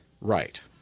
Right